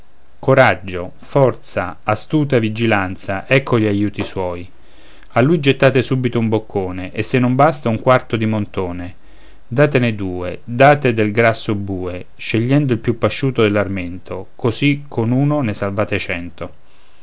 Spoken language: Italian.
coraggio forza astuta vigilanza ecco gli aiuti suoi a lui gettate subito un boccone e se non basta un quarto di montone datene due date del grasso bue scegliendo il più pasciuto dell'armento così con uno ne salvate cento